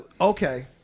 Okay